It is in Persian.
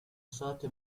سات